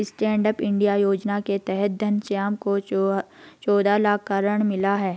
stand up India योजना के तहत घनश्याम को चौदह लाख का ऋण मिला है